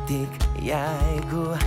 tik jeigu